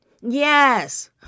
Yes